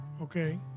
okay